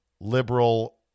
liberal